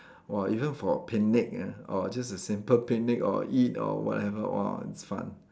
!wah! even for a picnic ah or just a simple picnic or eat or whatever !whoa! it's fun